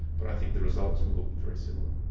but i think the results will look very similar.